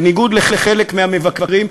בניגוד לחלק מהמבקרים,